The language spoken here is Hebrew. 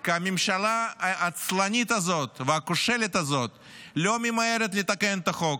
כי הממשלה העצלנית הזאת והכושלת הזאת לא ממהרת לתקן את החוק.